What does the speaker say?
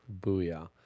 Booyah